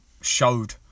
showed